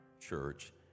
church